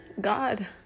God